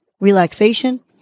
relaxation